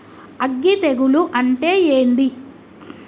అగ్గి తెగులు అంటే ఏంది?